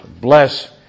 bless